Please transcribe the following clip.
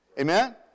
Amen